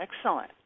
Excellent